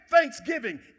thanksgiving